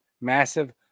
massive